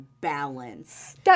balance